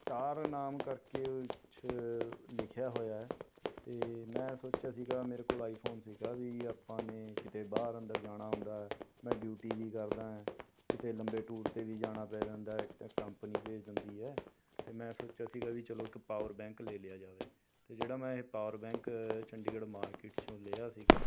star ਨਾਮ ਕਰਕੇ ਕੁਛ ਲਿਖਿਆ ਹੋਇਆ ਹੈ ਅਤੇ ਮੈਂ ਸੋਚਿਆ ਸੀਗਾ ਮੇਰੇ ਕੋਲ ਆਈਫੋਨ ਸੀਗਾ ਵੀ ਆਪਾਂ ਨੇ ਕਿਤੇ ਬਾਹਰ ਅੰਦਰ ਜਾਣਾ ਹੁੰਦਾ ਮੈਂ ਡਿਊਟੀ ਵੀ ਕਰਦਾ ਹਾਂ ਕਿਤੇ ਲੰਬੇ ਟੂਰ 'ਤੇ ਵੀ ਜਾਣਾ ਪੈ ਜਾਂਦਾ ਏ ਕਿਤੇ ਕੰਪਨੀ ਭੇਜ ਦਿੰਦੀ ਏ ਅਤੇ ਮੈਂ ਸੋਚਿਆ ਸੀਗਾ ਵੀ ਚਲੋ ਇੱਕ ਪਾਵਰ ਬੈਂਕ ਲੈ ਲਿਆ ਜਾਵੇ ਅਤੇ ਜਿਹੜਾ ਮੈਂ ਇਹ ਪਾਵਰ ਬੈਂਕ ਚੰਡੀਗੜ੍ਹ ਮਾਰਕੀਟ 'ਚੋਂ ਲਿਆ ਸੀਗਾ